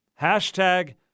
Hashtag